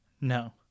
No